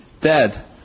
dad